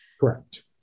Correct